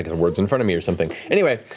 ah words in front of me or something. anyway,